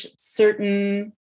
certain